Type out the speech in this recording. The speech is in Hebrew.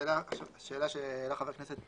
השאלה שהעלה חבר הכנסת